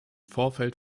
vorfeld